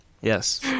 Yes